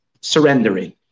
surrendering